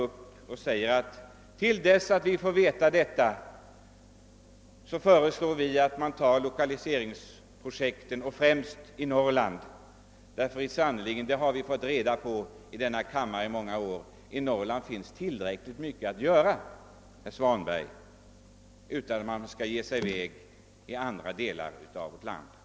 Vi föreslår nu att man till dess vi får besked om detta skall inrikta sig på lokaliseringsprojekt, främst i Norrland. Vi har sannerligen under många år i denna kammare fått höra, herr Svanberg, att det i Norrland finns tillräckligt mycket att göra. Man behöver inte inrikta sig på några andra delar av landet.